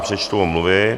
Přečtu omluvy.